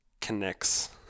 connects